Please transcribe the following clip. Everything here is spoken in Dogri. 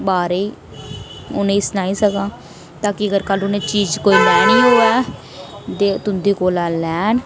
बाहरे में उनेंगी सनाई ओड़ां ताकि उनें चीज कोई लैनी होऐ ते तुंदे कोला लैन